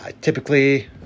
Typically